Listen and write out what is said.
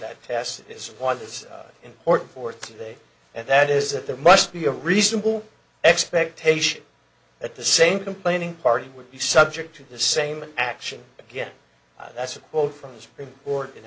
that test is why this is important for today and that is that there must be a reasonable expectation that the same complaining party would be subject to the same action again that's a quote from the supreme court